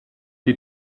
die